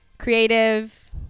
creative